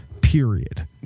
period